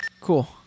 cool